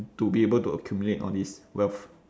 to be able to accumulate all this wealth